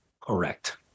Correct